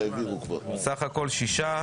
סך הכול שישה.